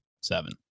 Seven